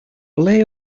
ble